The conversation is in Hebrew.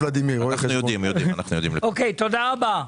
תודה רבה.